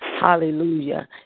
hallelujah